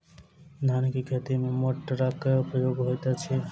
धान केँ खेती मे केँ मोटरक प्रयोग होइत अछि?